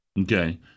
Okay